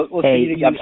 Hey